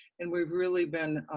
and we really been